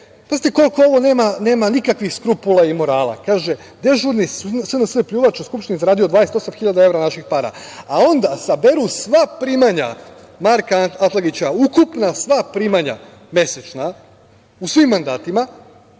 Pazite koliko ovo nema nikakvih skrupula ni morala. Kaže – dežurni SNS pljuvač u Skupštini zaradio 28 hiljada evra naših para, a onda saberu sva primanja Marka Atlagića, ukupna sva primanja mesečna, u svim mandatima,